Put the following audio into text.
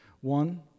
one